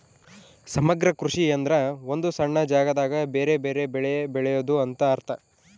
ಸಮಗ್ರ ಕೃಷಿ ಎಂದ್ರ ಒಂದು ಸಣ್ಣ ಜಾಗದಾಗ ಬೆರೆ ಬೆರೆ ಬೆಳೆ ಬೆಳೆದು ಅಂತ ಅರ್ಥ